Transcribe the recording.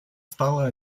стала